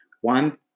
one